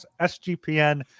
SGPN